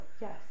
yes